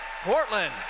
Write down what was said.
Portland